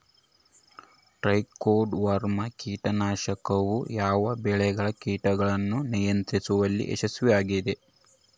Trichoderma ಕೇಟನಾಶಕವು ಯಾವ ಬೆಳೆಗಳ ಕೇಟಗಳನ್ನು ನಿಯಂತ್ರಿಸುವಲ್ಲಿ ಯಶಸ್ವಿಯಾಗಿದೆ?